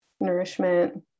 nourishment